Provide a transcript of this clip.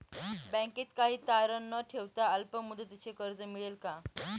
बँकेत काही तारण न ठेवता अल्प मुदतीचे कर्ज मिळेल का?